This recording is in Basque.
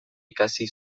ikasi